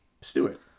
Stewart